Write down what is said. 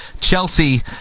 Chelsea